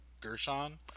Gershon